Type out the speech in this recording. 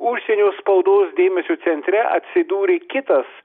užsienio spaudos dėmesio centre atsidūrė kitas